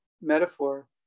metaphor